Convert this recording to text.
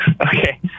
Okay